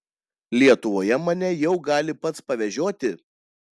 lietuvoje mane jau gali pats pavežioti